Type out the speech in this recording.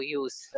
use